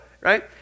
right